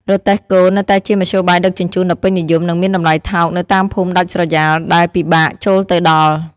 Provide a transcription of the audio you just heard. រទេះគោ នៅតែជាមធ្យោបាយដឹកជញ្ជូនដ៏ពេញនិយម និងមានតម្លៃថោកនៅតាមភូមិដាច់ស្រយាល ដែលពិបាកចូលទៅដល់។